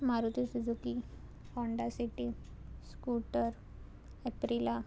Maruti Suzuki Honda City scooter Aprilia